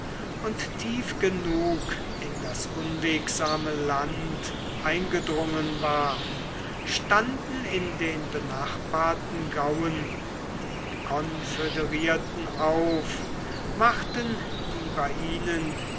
und tief genug in das unwegsame land eingedrungen war standen in den benachbarten gauen die konföderierten auf machten die bei ihnen